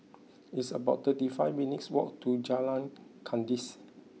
it's about thirty five minutes' walk to Jalan Kandis